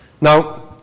Now